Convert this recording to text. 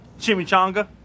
Chimichanga